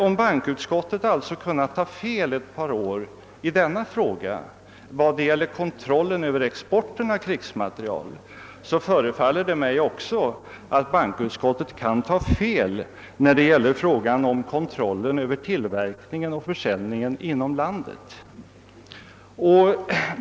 Om bankoutskottet alltså kunnat ta fel under ett par år vad gäller kontrollen av exporten av krigsmateriel kan utskottet också ta fel i fråga om kontrollen av tillverkningen och försäljningen inom landet.